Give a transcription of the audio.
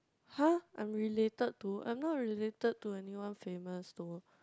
[huh] I'm related to I'm not related to anyone famous though